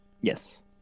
Yes